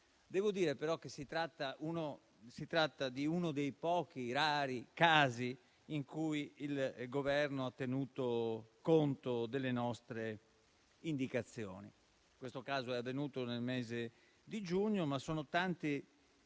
Devo dire però che si tratta di uno dei rari casi in cui il Governo ha tenuto conto delle nostre indicazioni. In questo caso è avvenuto nel mese di giugno, ma sono tanti